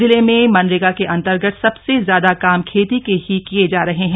जिले में मनरेगा के अन्तर्गत सबसे ज्यादा काम खेती के ही किये जा रहे हैं